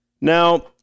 Now